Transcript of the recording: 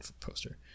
poster